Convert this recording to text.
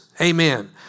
Amen